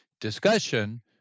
discussion